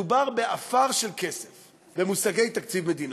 מדובר בעפר של כסף במושגי תקציב מדינה.